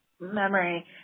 memory